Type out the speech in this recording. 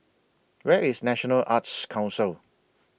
Where IS National Arts Council